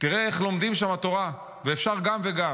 תראה איך לומדים שם תורה, ואפשר גם וגם.